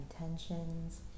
intentions